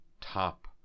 top